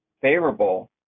favorable